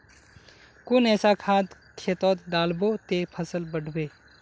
कुन ऐसा खाद खेतोत डालबो ते फसल बढ़बे?